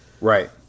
Right